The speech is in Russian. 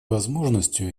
возможностью